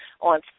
on